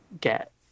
get